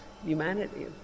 humanity